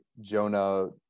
Jonah